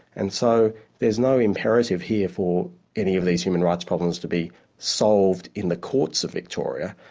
and so there's no imperative here for any of these human rights problems to be solved in the courts of victoria,